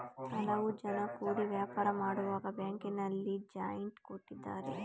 ಹಲವು ಜನ ಕೂಡಿ ವ್ಯಾಪಾರ ಮಾಡುವಾಗ ಬ್ಯಾಂಕಿನಲ್ಲಿ ಜಾಯಿಂಟ್ ಕೊಟ್ಟಿದ್ದಾರೆ